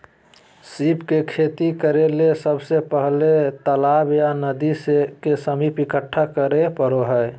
सीप के खेती करेले सबसे पहले तालाब या नदी से सीप इकठ्ठा करै परो हइ